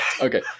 Okay